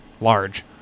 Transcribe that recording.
large